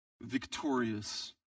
victorious